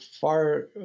far